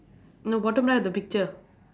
no bottom right of the picture